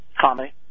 comedy